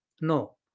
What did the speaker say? No